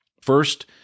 First